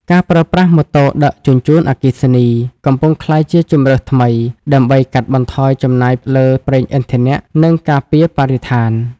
ការប្រើប្រាស់ "ម៉ូតូដឹកជញ្ជូនអគ្គិសនី" កំពុងក្លាយជាជម្រើសថ្មីដើម្បីកាត់បន្ថយចំណាយលើប្រេងឥន្ធនៈ និងការពារបរិស្ថាន។